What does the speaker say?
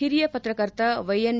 ಓರಿಯ ಪತ್ರಕರ್ತ Y N